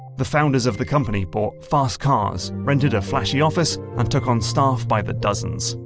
the founders of the company bought fast cars, rented a flashy office, and took on staff by the dozens.